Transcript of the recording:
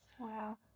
Wow